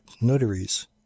notaries